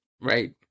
right